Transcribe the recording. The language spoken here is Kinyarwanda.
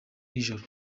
nijoro